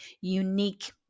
unique